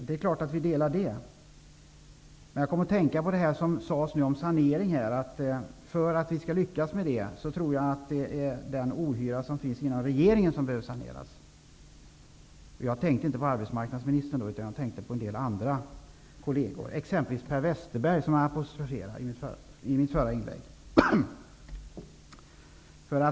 Det är klart att vi socialdemokrater ställer oss bakom detta. Det har tidigare talats om sanering, och för att man skall lyckas med att skapa en fullgod arbetsmarknad borde nog den ohyra som finns inom regeringen saneras. Jag tänker då inte på arbetsmarknadsministern, utan på en del andra kolleger, t.ex. Per Westerberg, som jag apostroferade i mitt förra inlägg.